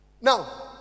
Now